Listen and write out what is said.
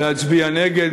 להצביע נגד,